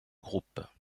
groupe